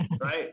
right